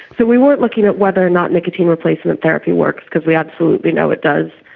so we weren't looking at whether or not nicotine replacement therapy works because we absolutely know it does,